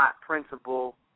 principle